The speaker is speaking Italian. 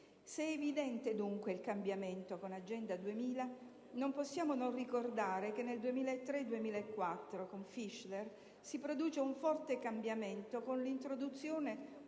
Se è evidente dunque il cambiamento con Agenda 2000, non possiamo non ricordare che nel 2003-2004, con Fischler, si produce un forte cambiamento, con l'introduzione